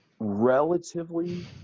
Relatively